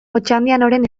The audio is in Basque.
otxandianoren